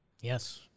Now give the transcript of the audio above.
Yes